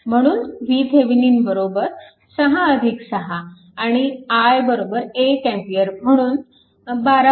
म्हणून VThevenin 6 6 आणि i 1A म्हणून 12V